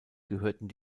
gehörten